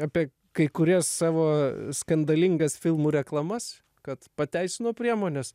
apie kai kurias savo skandalingas filmų reklamas kad pateisino priemones